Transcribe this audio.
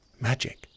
Magic